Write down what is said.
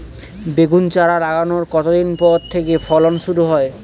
বেগুন চারা লাগানোর কতদিন পর থেকে ফলন শুরু হয়?